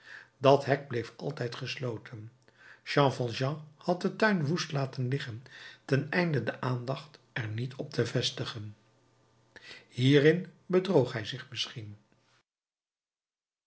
dat hek bleef altijd gesloten jean valjean had den tuin woest laten liggen ten einde de aandacht er niet op te vestigen hierin bedroog hij zich misschien